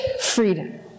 freedom